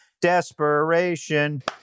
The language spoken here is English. desperation